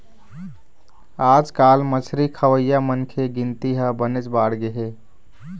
आजकाल मछरी खवइया मनखे के गिनती ह बनेच बाढ़गे हे